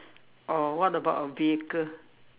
or what about a vehicle